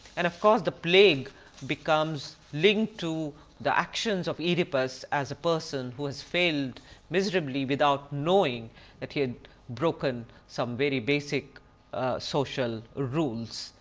and of course, the plague becomes linked to the actions of oedipus as a person, who has failed miserably without knowing that he had broken some very basic social rules.